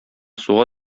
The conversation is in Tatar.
суга